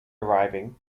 arriving